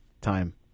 time